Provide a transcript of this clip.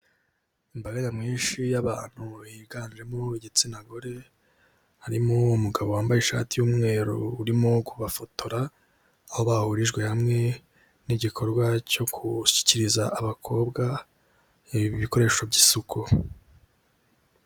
Imbaga nyamwinshi y'abantu biganjemo igitsina gore, harimo umugabo wambaye ishati y'umweru urimo kubafotora, aho bahurijwe hamwe n'igikorwa cyo gushyikiriza abakobwa ibikoresho by'isuku.